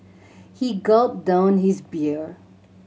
he gulped down his beer